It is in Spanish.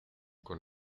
con